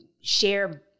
share